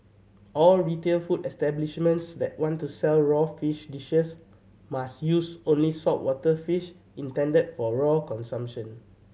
all retail food establishments that want to sell raw fish dishes must use only saltwater fish intended for raw consumption